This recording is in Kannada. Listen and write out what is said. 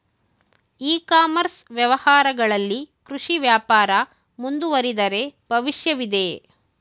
ಇ ಕಾಮರ್ಸ್ ವ್ಯವಹಾರಗಳಲ್ಲಿ ಕೃಷಿ ವ್ಯಾಪಾರ ಮುಂದುವರಿದರೆ ಭವಿಷ್ಯವಿದೆಯೇ?